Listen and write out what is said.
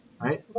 right